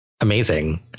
amazing